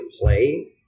play